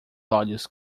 olhos